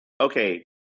okay